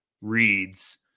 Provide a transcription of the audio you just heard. reads